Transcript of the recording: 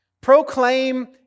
Proclaim